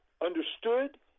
understood